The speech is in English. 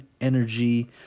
energy